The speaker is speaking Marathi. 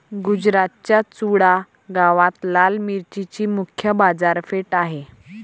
गुजरातच्या चुडा गावात लाल मिरचीची मुख्य बाजारपेठ आहे